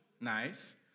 Nice